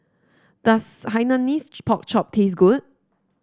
does Hainanese Pork Chop taste good